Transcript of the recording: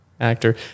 actor